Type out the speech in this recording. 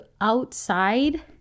outside